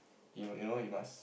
you you know you must